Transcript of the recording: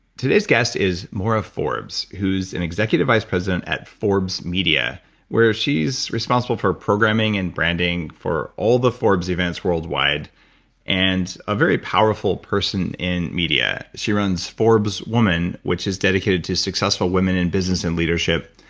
today's guest is moira forbes who's an executive vice president at forbes media where she's responsible for programming and branding for all the forbes events worldwide and a very powerful person in media. she runs forbes woman, which is dedicated to successful women in business and leadership,